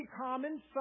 common